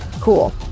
cool